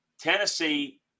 Tennessee